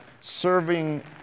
serving